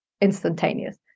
instantaneous